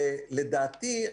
לדעתי,